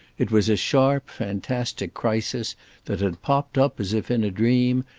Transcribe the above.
it was a sharp fantastic crisis that had popped up as if in a dream,